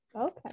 okay